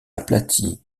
aplati